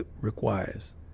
requires